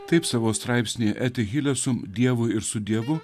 taip savo straipsnyje eti hilesum su dievu ir su dievu